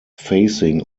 facing